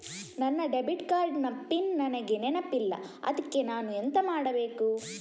ನನ್ನ debit card ನ PIN ನನಗೆ ನೆನಪಿಲ್ಲ ಅದ್ಕೆ ನಾನು ಎಂತ ಮಾಡಬೇಕು?